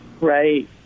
Right